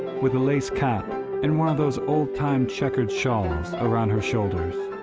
with a lace cap and one of those oldtime checkered shawls around her shoulders,